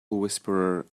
whisperer